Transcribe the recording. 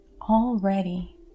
already